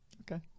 okay